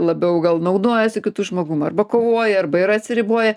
labiau gal naudojasi kitu žmogum arba kovoja arba yra atsiriboję